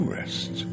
rest